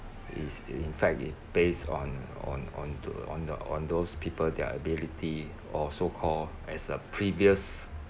it's uh in fact it based on on onto on the on those people their ability or so-call as a previous